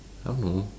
I don't know